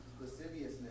lasciviousness